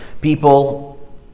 people